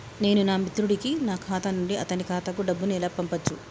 నేను నా మిత్రుడి కి నా ఖాతా నుండి అతని ఖాతా కు డబ్బు ను ఎలా పంపచ్చు?